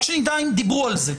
רק שנדע אם דיברו על זה.